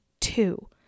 two